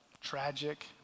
tragic